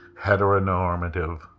heteronormative